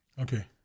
Okay